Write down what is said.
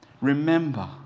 remember